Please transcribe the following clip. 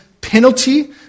penalty